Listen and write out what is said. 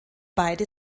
beide